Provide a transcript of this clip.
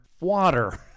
water